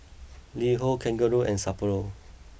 LiHo Kangaroo and Sapporo